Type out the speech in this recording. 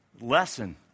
lesson